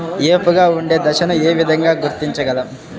ఏపుగా ఉండే దశను ఏ విధంగా గుర్తించగలం?